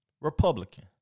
Republican